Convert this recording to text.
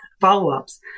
follow-ups